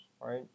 right